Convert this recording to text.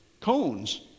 cones